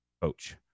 coach